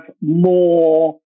more